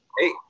Hey